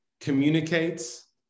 communicates